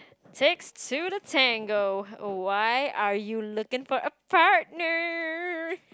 six zero to tango why are you looking for a partner